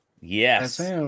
Yes